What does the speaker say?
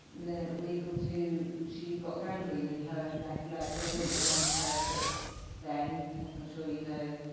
within a week or two, she got gangrene in her left leg. well, they didn't have antibiotics then, as i'm sure you know.